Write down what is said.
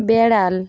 বিড়াল